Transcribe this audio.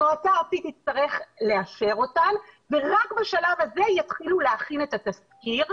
המועצה הארצית תצטרך לאשר אותן ורק בשלב הזה יתחילו להכין את התסקיר,